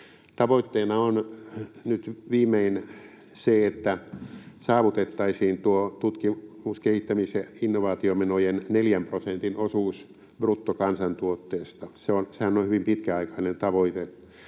Tavoitteena on nyt viimein se, että saavutettaisiin tuo tutkimus-, kehittämis- ja innovaatiomenojen neljän prosentin osuus bruttokansantuotteesta. Sehän on hyvin pitkäaikainen tavoite.